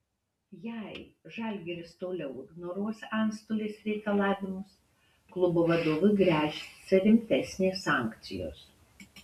jei žalgiris toliau ignoruos antstolės reikalavimus klubo vadovui gresia rimtesnės sankcijos